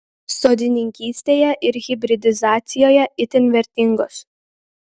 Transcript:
sodininkystėje ir hibridizacijoje itin vertingos